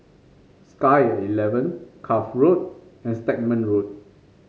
Sky at Eleven Cuff Road and Stagmont Road